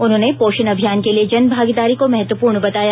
उन्होंनें पोषण अभियान के लिए जन भागीदारी को महत्वपूर्ण बताया